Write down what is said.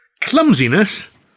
Clumsiness